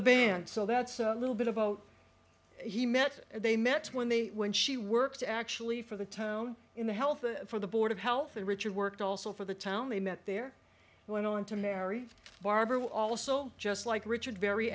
the band so that's a little bit about he met they met when they when she worked actually for the tone in the health for the board of health and richard worked also for the town they met there went on to marry barbara also just like richard very